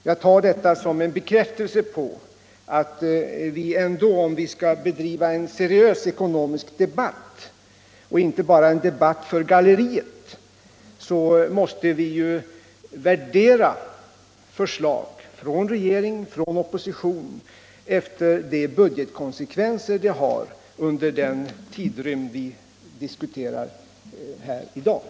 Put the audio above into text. Jag tar detta som en bekräftelse på att vi ändå, om vi skall föra en seriös ekonomisk debatt och inte bara en debatt för galleriet, måste värdera förslag från regering och från opposition efter de budgetkonsekvenser dessa förslag har efter normalt vedertagna principer.